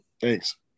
Thanks